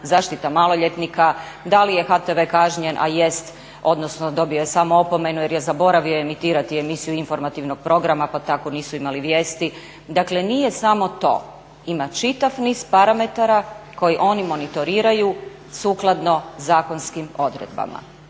zaštita maloljetnika, da li je HTV kažnjen a jest, odnosno dobio je samo opomenu jer je zaboravio emitirati emisiju informativnog programa pa tako nisu imali vijesti. Dakle nije samo to, ima čitav niz parametara koji oni monitoriraju sukladno zakonskim odredbama.